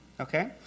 Okay